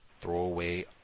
throwaway